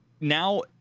now